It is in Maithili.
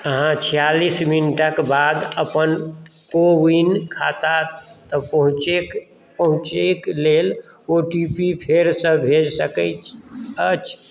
अहाँ छियालीस मिनटके बाद अपन को विन खाता तक पहुँचेक लेल ओ टी पी फेरसँ भेज सकैत अछि